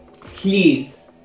Please